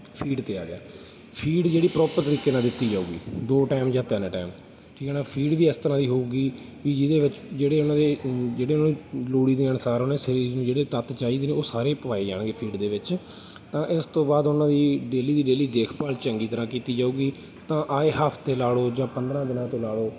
feed 'ਤੇ ਆ ਗਿਆ ਫੀਡ ਜਿਹੜੀ ਪ੍ਰੋਪਰ ਤਰੀਕੇ ਨਾਲ ਦਿੱਤੀ ਜਾਊਗੀ ਦੋ ਟਾਈਮ ਜਾਂ ਤਿੰਨ ਟਾਈਮ ਠੀਕ ਹੈ ਨਾ ਫੀਡ ਵੀ ਇਸ ਤਰ੍ਹਾਂ ਦੀ ਹੋਊਗੀ ਵੀ ਜਿਹਦੇ ਵਿੱਚ ਜਿਹੜੇ ਉਹਨਾਂ ਦੇ ਜਿਹੜੇ ਉਹਨਾਂ ਦੇ ਲੋੜ ਦੇ ਅਨੁਸਾਰ ਉਹਨਾਂ ਦੇ ਸਰੀਰ ਨੂੰ ਜਿਹੜੇ ਤੱਤ ਚਾਹੀਦੇ ਨੇ ਉਹ ਸਾਰੇ ਪਾਏ ਜਾਣਗੇ ਫੀਡ ਦੇ ਵਿੱਚ ਤਾਂ ਇਸ ਤੋਂ ਬਾਅਦ ਉਹਨਾਂ ਦੀ ਡੇਲੀ ਦੀ ਡੇਲੀ ਦੇਖਭਾਲ ਚੰਗੀ ਤਰ੍ਹਾਂ ਕੀਤੀ ਜਾਊਗੀ ਤਾਂ ਆਏ ਹਫ਼ਤੇ ਲਾ ਲਓ ਜਾਂ ਪੰਦਰਾਂ ਦਿਨਾਂ ਤੋਂ ਲਾ ਲਓ